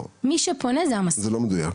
לא, זה לא מדויק.